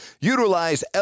utilize